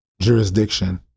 jurisdiction